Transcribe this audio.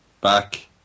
back